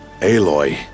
Aloy